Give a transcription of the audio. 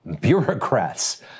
bureaucrats